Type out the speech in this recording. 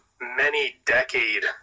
many-decade